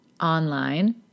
online